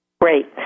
Great